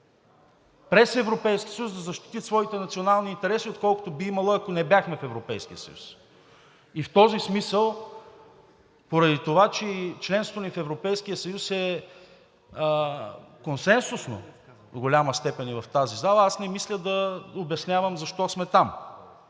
през Европейския съюз да защити своите национални интереси, отколкото би имала, ако не бяхме в Европейския съюз. И в този смисъл поради това, че членството ни в Европейския съюз е консенсусно до голяма степен и в тази зала, аз не мисля да обяснявам защо сме там.